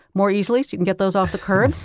more easily? soyou can get those off the curb?